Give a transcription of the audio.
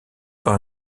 par